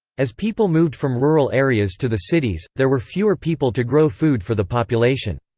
as people moved from rural areas to the cities, there were fewer people to grow food for the population.